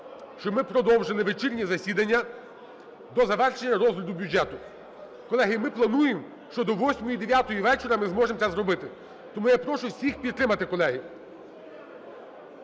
щоб ми продовжили вечірнє засідання до завершення розгляду бюджету. Колеги, ми плануємо, що до 8-9 вечора ми зможемо це зробити. Тому я прошу всіх підтримати, колеги.